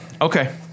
Okay